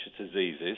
diseases